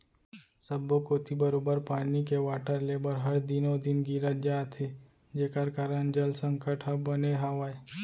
सब्बो कोती बरोबर पानी के वाटर लेबल हर दिनों दिन गिरत जात हे जेकर कारन जल संकट ह बने हावय